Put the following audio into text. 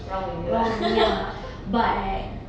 wrong with you ah